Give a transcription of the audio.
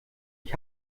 ich